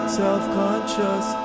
self-conscious